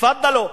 תפאדלו.